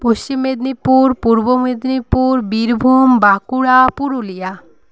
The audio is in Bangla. পশ্চিম মেদিনীপুর পূর্ব মেদিনীপুর বীরভূম বাঁকুড়া পুরুলিয়া